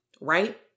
right